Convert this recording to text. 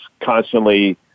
constantly